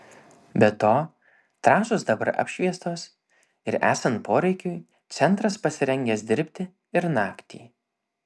be to trasos dabar apšviestos ir esant poreikiui centras pasirengęs dirbti ir naktį